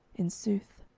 in sooth.